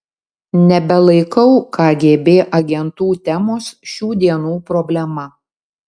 nebelaikau kgb agentų temos šių dienų problema